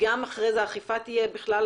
גם שהאכיפה תהיה כפי